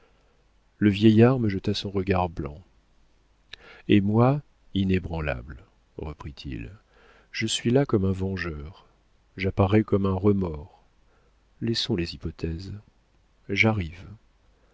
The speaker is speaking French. le vieillard me jeta son regard blanc et moi inébranlable reprit-il je suis là comme un vengeur j'apparais comme un remords laissons les hypothèses j'arrive